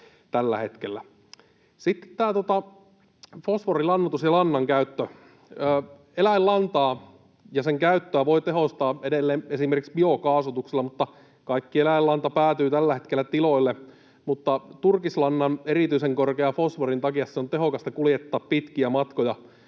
Sitten tämä fosforilannoitus ja lannan käyttö: Eläinlantaa ja sen käyttöä voi tehostaa edelleen esimerkiksi biokaasutuksella. Kaikki eläinlanta päätyy tällä hetkellä tiloille, mutta turkislannan erityisen korkean fosforin takia se on tehokasta kuljettaa pitkiä matkoja.